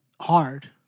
hard